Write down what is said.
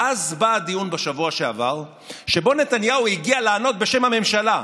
ואז בא הדיון בשבוע שעבר שבו נתניהו הגיע לענות בשם הממשלה,